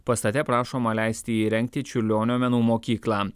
pastate prašoma leisti įrengti čiurlionio menų mokyklą